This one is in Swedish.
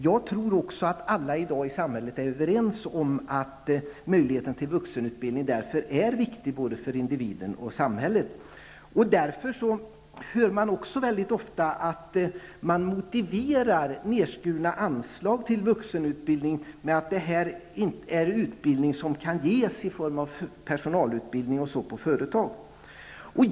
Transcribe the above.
Jag tror också att alla i samhället är överens om att möjligheten till vuxenutbildning är viktig både för individen och för samhället. Mycket ofta motiverar man nedskurna anslag till vuxenutbildningen med att det är fråga om utbildning som kan ges i form av personalutbildning inom företag.